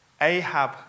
Ahab